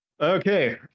Okay